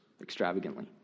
extravagantly